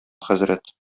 хәзрәт